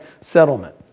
settlement